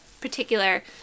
particular